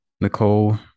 Nicole